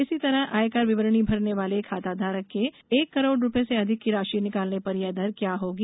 इसी तरह आयकर विवरणी भरने वाले खाताधारक के एक करोड़ रुपये से अधिक की राशि निकालने पर यह दर क्या होगी